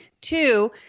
Two